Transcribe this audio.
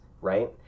right